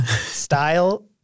style